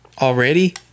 already